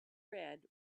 red